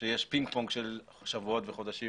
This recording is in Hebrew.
שיש פינג פונג של שבועות וחודשים